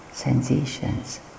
sensations